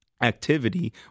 activity